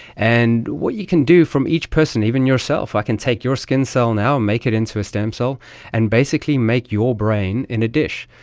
and what you can do from each person, even yourself, i can take your skin cell now and make it into a stem cell and basically make your brain in a dish.